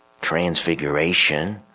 transfiguration